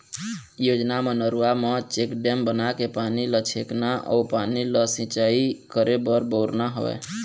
योजना म नरूवा म चेकडेम बनाके पानी ल छेकना अउ पानी ल सिंचाई करे बर बउरना हवय